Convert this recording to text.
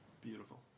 beautiful